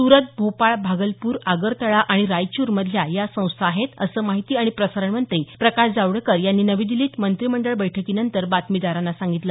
सूरत भोपाळ भागलपूर आगरतळा आणि रायचूर मधल्या या संस्था आहेत असं माहिती आणि प्रसारणमंत्री प्रकाश जावडेकर यांनी नवी दिल्लीत मंत्रिमंडळ बैठकीनंतर बातमीदारांना सांगितलं